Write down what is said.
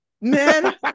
man